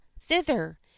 thither